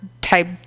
type